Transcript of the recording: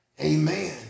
Amen